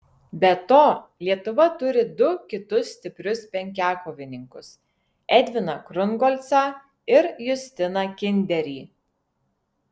be to lietuva turi du kitus stiprius penkiakovininkus edviną krungolcą ir justiną kinderį